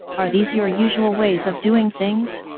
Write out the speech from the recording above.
are these your usual ways of doing things?